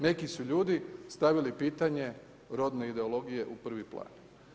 Neki su ljudi stavili pitanje rodne ideologije u prvi plan.